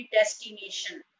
destination